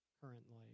currently